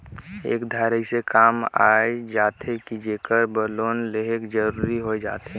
कए धाएर अइसे काम आए जाथे कि जेकर बर लोन लेहई जरूरी होए जाथे